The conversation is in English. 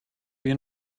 you